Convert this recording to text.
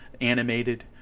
animated